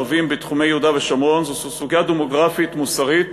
ערבים בתחומי יהודה ושומרון זו סוגיה דמוגרפית מוסרית